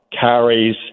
carries